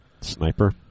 sniper